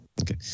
okay